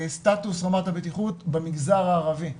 סטטוס רמת הבטיחות במגזר הערבי,